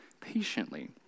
patiently